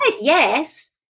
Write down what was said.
yes